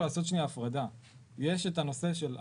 עשינו רה-תכנון בשיתוף עם הרשות המקומית,